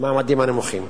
במעמדות הנמוכים.